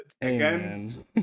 again